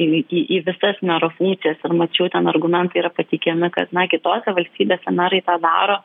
į į į visas mero funkcijas ir mačiau ten argumentai yra pateikiami kad na kitose valstybėse merai tą daro